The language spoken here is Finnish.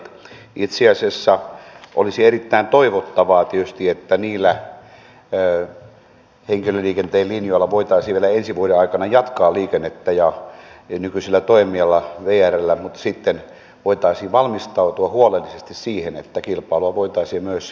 itse asiassa olisi erittäin toivottavaa tietysti että niillä henkilöliikenteen linjoilla voitaisiin vielä ensi vuoden aikana jatkaa liikennettä nykyisellä toimijalla vrllä mutta sitten voitaisiin valmistautua huolellisesti siihen että kilpailua voitaisiin myös avata